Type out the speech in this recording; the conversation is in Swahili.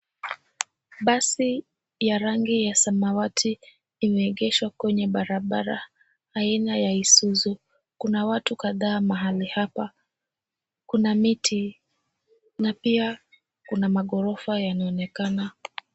Basi ya rangi ya samawati imeegeshwa kwenye barabara, aina ya Isuzu . Kuna watu kadhaa mahali hapa. Kuna miti na pia kuna maghorofa yanaonekana.